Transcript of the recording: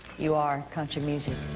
you are country music!